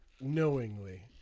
knowingly